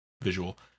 visual